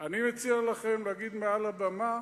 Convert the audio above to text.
אני מציע לכם להגיד מעל הבמה